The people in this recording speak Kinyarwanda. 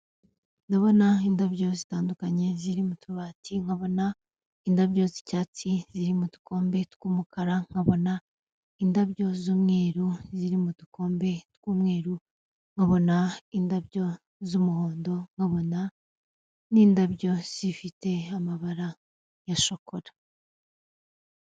Ndabona indabyo zitandukanye ziri mu tubati, nkabona indabyo z'icyatsi ziri mu dukombe tw'umukara, nkabona indabyo z'umweru ziri mu dukombe tw'umweru, nkabona indabyo z'umuhondo nkabona, n'indabyo zifite amabara ya shokora.